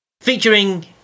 featuring